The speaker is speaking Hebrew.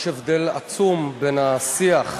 יש הבדל עצום בין השיח בציבור,